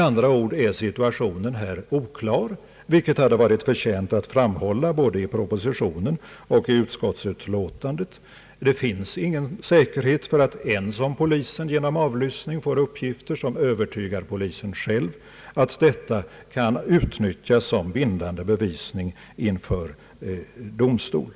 Situationen är med andra ord oklar, vilket hade förtjänat att framhållas både i propositionen och i utskottsutlåtandet. Det finns ingen säkerhet, ens om polisen genom avlyssning får uppgifter som övertygar polisen själv, för att dessa kan utnyttjas som bindande bevisning inför domstol.